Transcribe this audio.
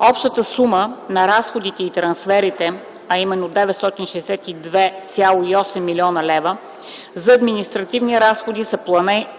общата сума на разходите и трансферите, а именно 962,8 млн. лв., за административни разходи са